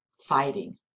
fighting